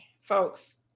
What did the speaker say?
Folks